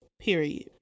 period